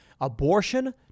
abortion